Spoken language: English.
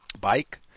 bike